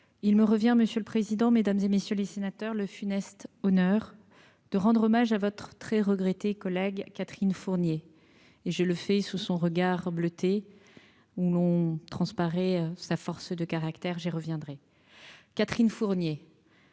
Il me revient, monsieur le président, Mesdames et messieurs les sénateurs, le funeste honneur de rendre hommage à votre très regrettée collègue Catherine Fournier et je le fais, sous son regard bleuté où l'on transparaît, sa force de caractère, j'y reviendrai Catherine Fournier.